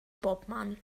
bobman